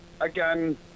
again